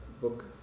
book